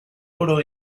oro